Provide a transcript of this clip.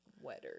wetter